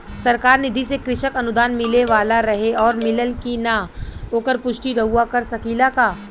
सरकार निधि से कृषक अनुदान मिले वाला रहे और मिलल कि ना ओकर पुष्टि रउवा कर सकी ला का?